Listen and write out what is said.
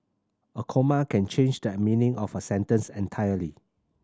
a comma can change that meaning of a sentence entirely